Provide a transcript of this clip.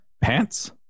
pants